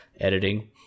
editing